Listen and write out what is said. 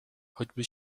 choćby